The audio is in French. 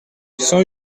cent